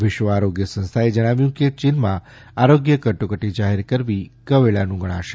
વિશ્વ આરોગ્ય સંસ્થાએ જણાવ્યું કે ચીનમાં આરોગ્ય કટોકટી જાહેર કરવી કવેળાનું ગણાશે